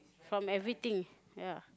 from everything yeah